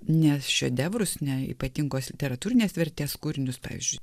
ne šedevrus ne ypatingos literatūrinės vertės kūrinius pavyzdžiui